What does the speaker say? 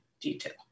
detail